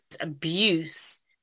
Abuse